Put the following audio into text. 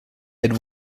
had